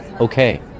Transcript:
Okay